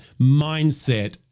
mindset